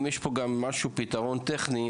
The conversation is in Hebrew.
זה נותן מענה לחלק מהשאלות שעלו עד כה בדיון.